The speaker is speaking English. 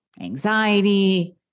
anxiety